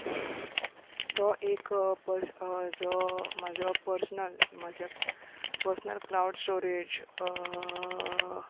तो एक पपझ जो म्हाजो पर्सनल म्हज्या पर्सनल क्लावड स्टोरेज